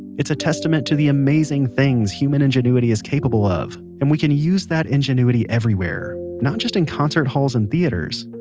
it's a testament to the amazing things human ingenuity is capable of. and we can use that ingenuity everywhere, not just in concert halls and theaters.